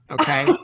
Okay